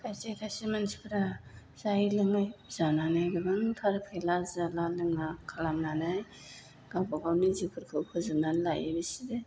खायसे खायसे मानसिफ्रा जायै लोङै जानानै गोबांथार फेला जाला लोंला खालामनानै गावबागाव निजेफोरखौ फोजोबनानै लायो बिसोरो